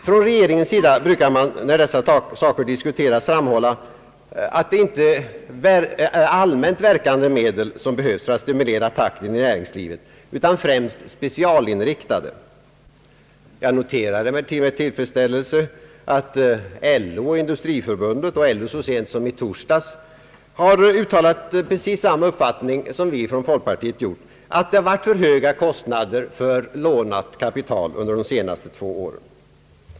Från regeringens sida brukar man när dessa saker diskuteras framhålla att det inte varit allmänt verkande medel som behövts för att stimulera takten i näringslivet utan främst specialinriktade. Jag noterar emellertid med tillfredsställelse att LO och Industriförbundet — LO så sent som i torsdags — har uttalat samma uppfattning som folkpartiet, att kostnaderna för lånat kapital har varit alltför höga under de två senaste åren.